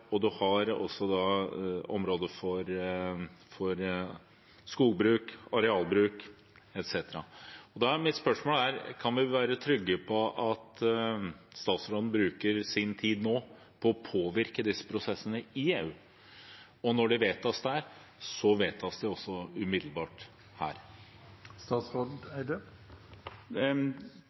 også områder for skogbruk, arealbruk, etc. Da er mitt spørsmål: Kan vi være trygge på at statsråden nå bruker sin tid på å påvirke disse prosessene i EU, og at når det vedtas der, vedtas det også umiddelbart her?